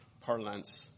parlance